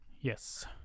Yes